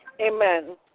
Amen